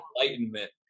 enlightenment